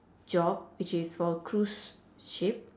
job which is for a cruise ship